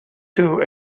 two